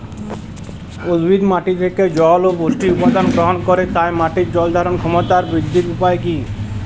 উদ্ভিদ মাটি থেকে জল ও পুষ্টি উপাদান গ্রহণ করে তাই মাটির জল ধারণ ক্ষমতার বৃদ্ধির উপায় কী?